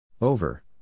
Over